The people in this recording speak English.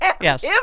Yes